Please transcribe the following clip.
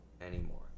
anymore